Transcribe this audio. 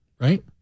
right